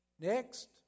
Next